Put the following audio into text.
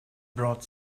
brought